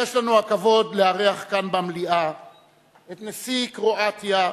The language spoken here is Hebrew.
יש לנו הכבוד לארח כאן במליאה את נשיא קרואטיה,